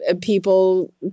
people